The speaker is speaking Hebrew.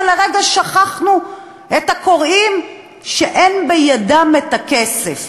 ולרגע שכחנו את הקוראים שאין בידם הכסף.